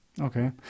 Okay